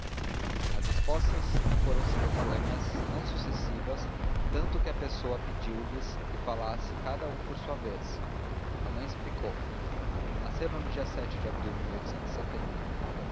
as respostas foram simultâneas não sucessivas tanto que a pessoa pediu-lhes que falasse cada um por sua vez a mãe explicou nasceram no dia de abril de